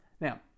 Now